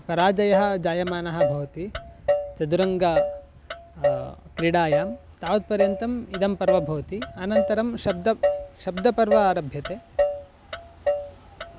पराजयः जायमानः भवति चदुरङ्गे क्रीडायां तावत्पर्यन्तम् इदं पर्व भवति अनन्तरं शब्दः शब्दपर्व आरभ्यते